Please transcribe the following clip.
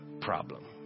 problem